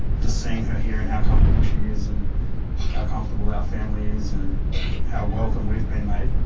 just seeing her here and how comfortable she is, and how comfortable our family is, and how welcome we've been made.